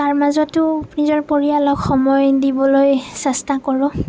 তাৰমাজতো নিজৰ পৰিয়ালক সময় দিবলৈ চেষ্টা কৰোঁ